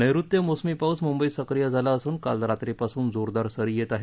नैऋत्य मोसमी पाऊस मुंबईत सक्रिय झाला असून काल रात्रीपासून जोरदार सरी येत आहेत